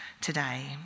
today